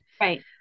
Right